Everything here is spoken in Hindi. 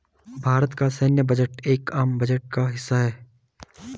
भारत का सैन्य बजट एक आम बजट का हिस्सा है